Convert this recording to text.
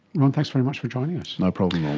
ron, thanks very much for joining us. no problem yeah